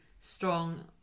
strong